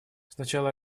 сначала